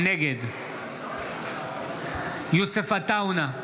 נגד יוסף עטאונה,